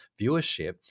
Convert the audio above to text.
viewership